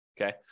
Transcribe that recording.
okay